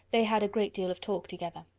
they had a great deal of talk together.